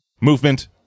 movement